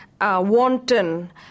wanton